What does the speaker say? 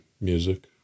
music